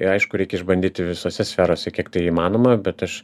ir aišku reikia išbandyti visose sferose kiek tai įmanoma bet aš